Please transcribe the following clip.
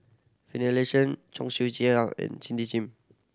Finlayson Cheong Siew Keong and Cindy Sim